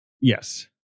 Yes